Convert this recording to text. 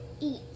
eat